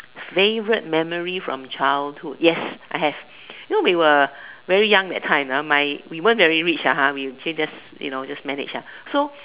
favorite memory from childhood yes I have you know we were very young that time ah my we weren't very rich lah ha you say you know just manage lah so